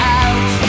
out